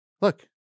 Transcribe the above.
Look